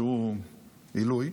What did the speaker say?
שהוא עילוי.